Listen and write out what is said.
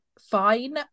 fine